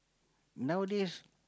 nowadays